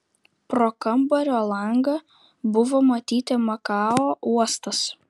pro kambario langą buvo matyti makao uostas